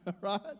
right